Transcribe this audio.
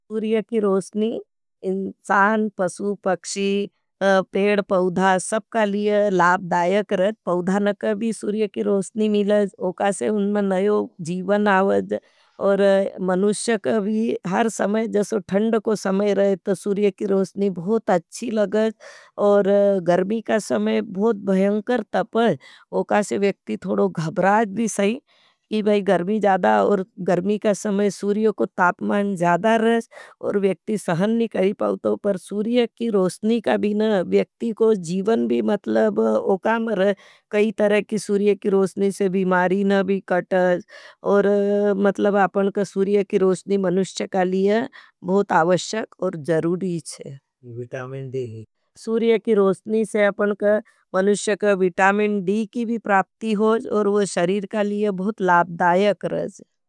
सूर्यकी रोषनी, इन्सान, पसू, पक्षी, पेड, पवधा सब का लिये लाबदायक रज। पवधा न कभी सूर्यकी रोषनी मिल ज, ओकासे उनमें नयोग जीवन आवज। और मनुष्य कभी हर समय, जसो थंड को समय रहे, तो सूर्यकी रोषनी बहुत अच्छी लगज। और गर्मी का समय भुध भयांकर तपज, ओकासे वेक्ती थोड़ो घबराज भी सही। कि बही गर्मी जदा, और गर्मी का समय सूर्यो को तापमान जदा रह, और वेक्ती सहन नहीं करी पाऊतो। पर सूर्या की रोशनी के बिना व्यक्ति को जीवन भी मतलब ओखा ना रह। कई तरह की सूर्या की रोशनी से बीमारी ना भी कताज। और मतलब अपन का सूर्या की रोशनी मनुष्य के लिए बहुत आवश्यक और जरूरी चे। सूर्या की रोशनी से अपन का मनुष्य के विटामिन डी की भी प्राप्ति होज। और आह शरीर के लिए बहुत लाभद्यक रहेज।